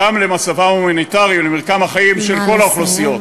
גם למצבם ההומניטרי ולמרקם החיים של כל האוכלוסיות,